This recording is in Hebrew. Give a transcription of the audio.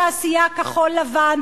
התעשייה כחול-לבן,